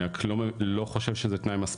אני לא חושב שזה תנאי מספיק,